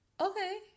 Okay